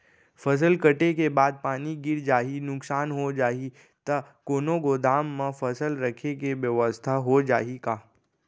फसल कटे के बाद पानी गिर जाही, नुकसान हो जाही त कोनो गोदाम म फसल रखे के बेवस्था हो जाही का?